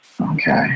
okay